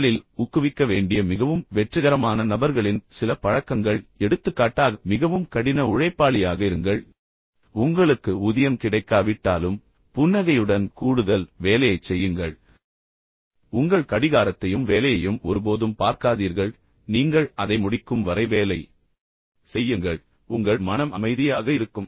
உங்களில் ஊக்குவிக்க வேண்டிய மிகவும் வெற்றிகரமான நபர்களின் சில பழக்கங்கள் எடுத்துக்காட்டாக மிகவும் கடின உழைப்பாளியாக இருங்கள் உங்களுக்கு ஊதியம் கிடைக்காவிட்டாலும் புன்னகையுடன் கூடுதல் வேலையைச் செய்யுங்கள் உங்கள் கடிகாரத்தையும் வேலையையும் ஒருபோதும் பார்க்காதீர்கள் பின்னர் நீங்கள் அதை முடிக்கும் வரை வேலை செய்யுங்கள் பின்னர் உங்கள் மனம் அமைதியாக இருக்கும்